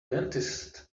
dentist